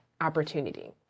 opportunity